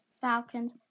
Falcons